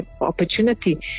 opportunity